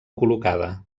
col·locada